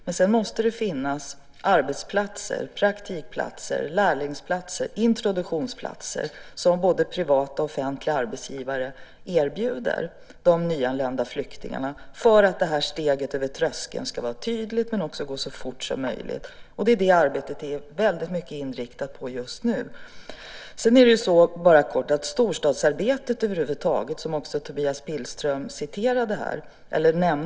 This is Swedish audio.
Sedan måste det finnas arbetsplatser, praktikplatser, lärlingsplatser och introduktionsplatser som både privata och offentliga arbetsgivare erbjuder de nyanlända flyktingarna för att steget över tröskeln ska vara tydligt och ske så fort som möjligt. Det är vad arbetet är väldigt mycket inriktat på just nu. Tobias Billström nämnde här storstadsarbetet.